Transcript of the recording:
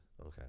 Okay